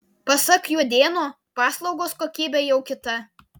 pasak juodėno paslaugos kokybė jau kita